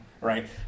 right